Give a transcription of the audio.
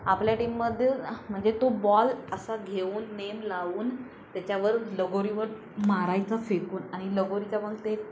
आपल्या टीममध्ये म्हणजे तो बॉल असा घेऊन नेम लावून त्याच्यावर लगोरीवर मारायचं फेकून आणि लगोरीच्या मग ते